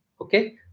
Okay